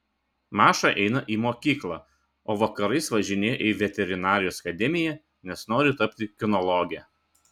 maša eina į mokyklą o vakarais važinėja į veterinarijos akademiją nes nori tapti kinologe